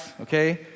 okay